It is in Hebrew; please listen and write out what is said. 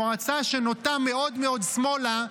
היא מועצה שנוטה מאוד מאוד שמאלה,